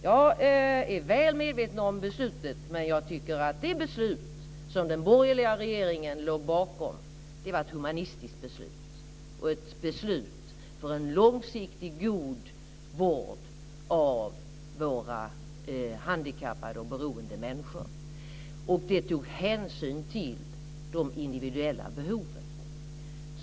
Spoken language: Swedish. Jag är väl medveten om beslutet, men jag tycker att det beslut som den borgerliga regeringen låg bakom var ett humanistiskt beslut och ett beslut för en långsiktig, god vård av våra handikappade och beroende människor. Det tog hänsyn till de individuella behoven.